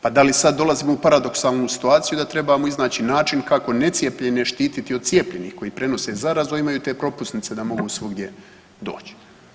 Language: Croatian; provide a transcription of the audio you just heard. Pa da li sada dolazimo u paradoksalnu situaciju da trebamo iznaći način kako necijepljene štititi od cijepljenih koji prenose zarazu, a imaju te propusnice da mogu svugdje doć?